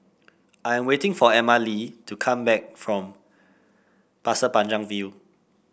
I am waiting for Emmalee to come back from Pasir Panjang View